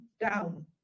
down